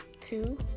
two